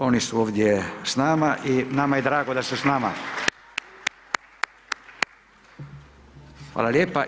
Oni su ovdje s nama i nama je drago da su s nama. … Hvala lijepo.